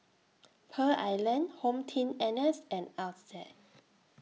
Pearl Island HomeTeam N S and Altez